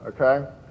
Okay